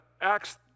Acts